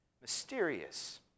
mysterious